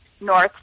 north